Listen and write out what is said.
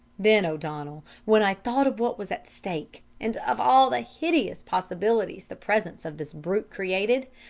then, o'donnell, when i thought of what was at stake, and of all the hideous possibilities the presence of this brute created,